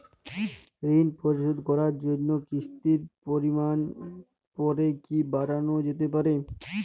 ঋন পরিশোধ করার জন্য কিসতির পরিমান পরে কি বারানো যেতে পারে?